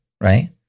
right